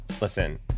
Listen